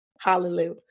Hallelujah